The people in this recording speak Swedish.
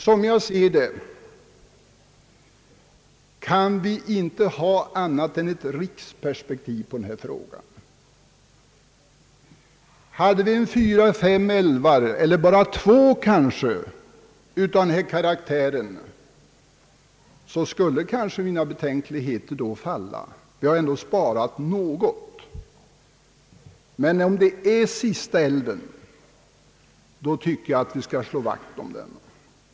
Som jag ser det, kan vi inte ha annat än ett riksperspek tiv på den här frågan. Hade vi fyra eller fem älvar, eller kanske bara två, av den här karaktären, skulle mina betänkligheter möjligen falla, ty vi hade då ändå sparat något. Men om det är den sista älven, så tycker jag att vi skall slå vakt om den.